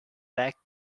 back